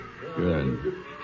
Good